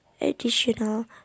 additional